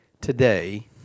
today